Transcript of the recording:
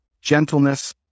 gentleness